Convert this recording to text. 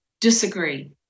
disagree